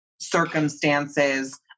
circumstances